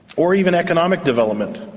or even economic development.